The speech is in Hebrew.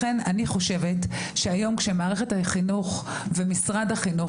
לכן אני חושבת שהיום כשמערכת החינוך ומשרד החינוך